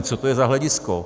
Co to je za hledisko?